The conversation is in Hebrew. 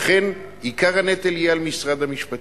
לכן עיקר הנטל יהיה על משרד המשפטים.